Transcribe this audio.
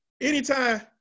anytime